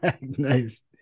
Nice